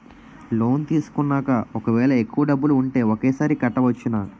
Loan తీసుకున్నాక ఒకవేళ ఎక్కువ డబ్బులు ఉంటే ఒకేసారి కట్టవచ్చున?